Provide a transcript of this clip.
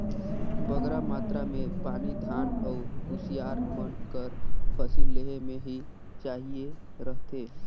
बगरा मातरा में पानी धान अउ कुसियार मन कर फसिल लेहे में ही चाहिए रहथे